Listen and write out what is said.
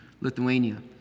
Lithuania